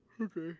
Okay